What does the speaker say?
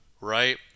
right